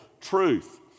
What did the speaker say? truth